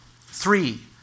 Three